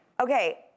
Okay